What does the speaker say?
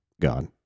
God